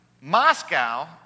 Moscow